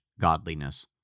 godliness